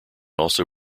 also